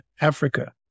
Africa